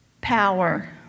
Power